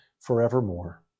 forevermore